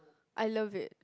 I love it